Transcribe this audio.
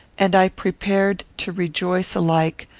and i prepared to rejoice alike,